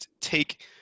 Take